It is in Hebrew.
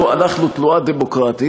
אנחנו תנועה דמוקרטית,